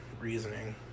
reasoning